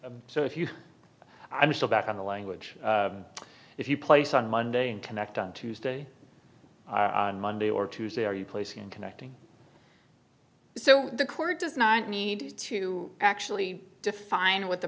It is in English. so if you i'm still back on the language if you place on monday and connect on tuesday on monday or tuesday are you placing connecting so the court does not need to actually define what the